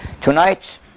Tonight